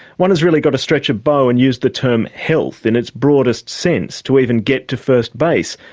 one has really got to stretch a bow and use the term health in its broadest sense to even get to first base,